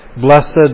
Blessed